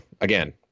again